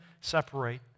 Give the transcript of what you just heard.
separate